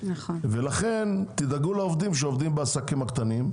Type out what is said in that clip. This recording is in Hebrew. ולכן תדאגו לעובדים שעובדים בעסקים הקטנים,